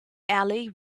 ali